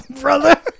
brother